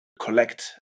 collect